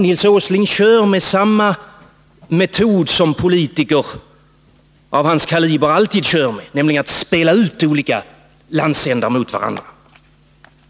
Nils Åsling tillgriper samma metod som politiker av hans kaliber alltid använder, nämligen att spela ut olika landsändar mot varandra.